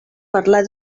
parlar